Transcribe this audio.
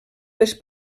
les